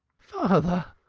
father,